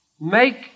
make